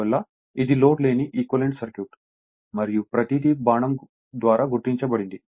అందువల్ల ఇది లోడ్ లేని ఈక్వాలెంట్ సర్క్యూట్ మరియు ప్రతీది బాణం ద్వారా గుర్తించబడింది